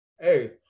Hey